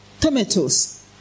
tomatoes